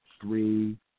three